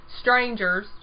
strangers